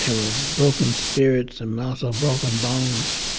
and were broken spirits and also broken bones